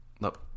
Nope